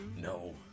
No